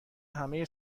همه